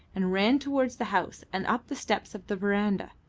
and ran towards the house and up the steps of the verandah.